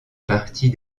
partie